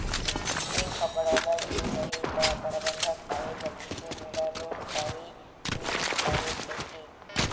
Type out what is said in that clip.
bank of Baroda गेंव रहेव त परबंधक साहेब ल पूछेंव मोला लोन चाहे रिहिस साहेब कहिके